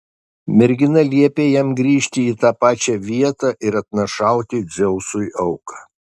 mergina liepė jam grįžti į tą pačią vietą ir atnašauti dzeusui auką